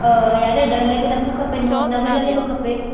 यार ॾह लॻे नथो खपे नो नवें लॻे थो खपे